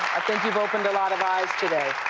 think you've opened a lot of eyes today.